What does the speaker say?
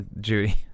Judy